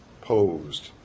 posed